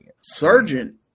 Sergeant